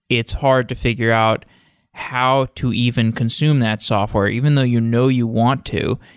it's hard to figure out how to even consume that software even though you know you want to.